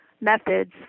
methods